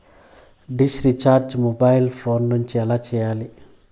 dish recharge mobile phone నుండి ఎలా సేయాలి